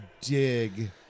dig